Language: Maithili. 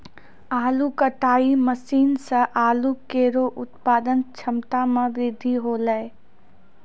आलू कटाई मसीन सें आलू केरो उत्पादन क्षमता में बृद्धि हौलै